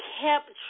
kept